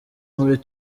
muri